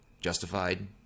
justified